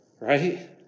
right